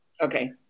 Okay